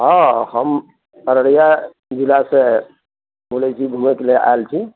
हँ हम अररिया जिला से बोलै छी घुमैके लिए आएल छी